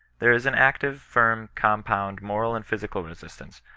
there is an actiye, firm, compound, moral and physical resistance,